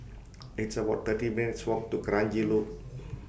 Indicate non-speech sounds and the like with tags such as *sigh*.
*noise* It's about thirty minutes' Walk to Kranji Loop